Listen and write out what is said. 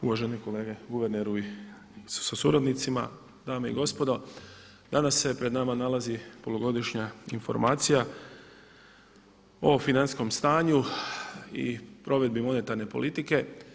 Uvaženi kolege, guverneru sa suradnicima, dame i gospodu danas se pred nama nalazi polugodišnja informacija o financijskom stanju i provedbi monetarne politike.